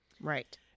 Right